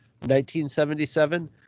1977